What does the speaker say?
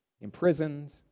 imprisoned